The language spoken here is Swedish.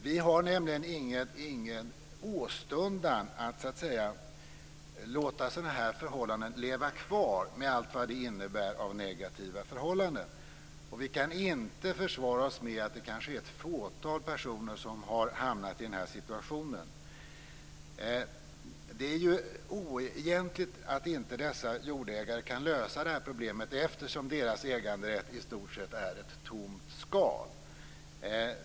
Vi har nämligen ingen åstundan att låta sådant här leva kvar med allt vad det innebär av negativa förhållanden. Vi kan inte försvara oss med att det kanske är ett fåtal personer som har hamnat i den här situationen. Det är oegentligt att inte dessa jordägare kan lösa det här problemet eftersom deras äganderätt i stort sett är ett tomt skal.